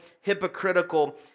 hypocritical